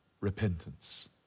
repentance